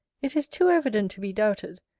it is too evident to be doubted,